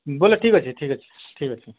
ବୋଲେ ଠିକ୍ ଅଛି ଠିକ୍ ଅଛି ଠିକ୍ ଅଛି